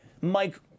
Mike